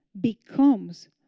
becomes